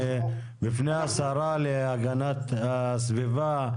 בפני השרה להגנת הסביבה?